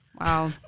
Wow